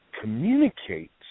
communicates